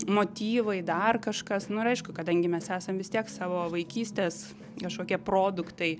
motyvai dar kažkas nu ir aišku kadangi mes esam vis tiek savo vaikystės kažkokie produktai